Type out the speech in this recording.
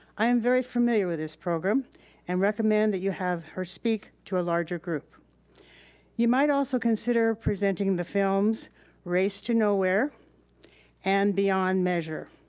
i am very familiar with this program and recommend that you have her speak to a larger group you might also consider presenting the films race to nowhere and beyond measure.